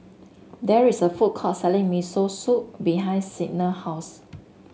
there is a food court selling Miso Soup behind Signa house